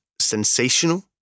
sensational